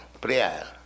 prayer